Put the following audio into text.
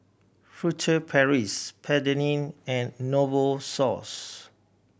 Furtere Paris Petadine and Novosource